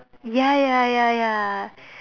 ya ya ya ya